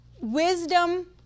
wisdom